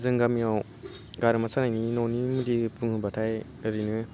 जों गामियाव गारामा सान्नायनि न'नि मुलि बुङोबाथाय ओरैनो